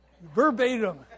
Verbatim